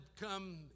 come